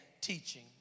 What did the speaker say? teaching